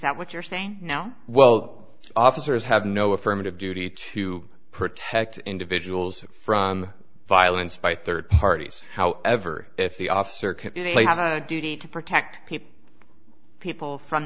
that what you're saying now well officers have no affirmative duty to protect individuals from violence by third parties however if the officer duty to protect people